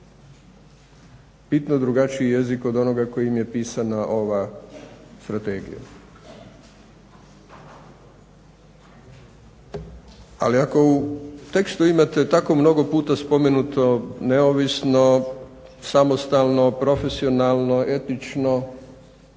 bitno drugačiji jezik od onoga kojim je pisana ova strategija. Ali ako u tekstu imate tako puno spomenuto neovisno, samostalno, profesionalno, etično